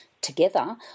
together